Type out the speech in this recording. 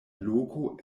loko